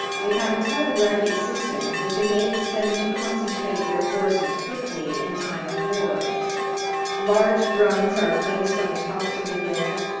they have a telegraphic system which enables them to concentrate their forces quickly in time of war large drums are placed on the tops of the hills,